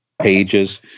pages